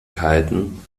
kalten